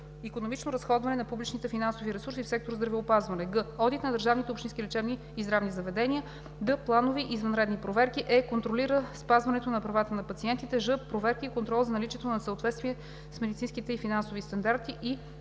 икономичното разходване на публичните финансови ресурси в сектор „Здравеопазване“; г) одит на държавните и общинските лечебни и здравни заведения; д) планови и извънредни проверки; е) контролира спазването правата на пациентите; ж) проверки и контрол за наличието на несъответствие с медицинските и финансовите стандарти.